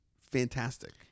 fantastic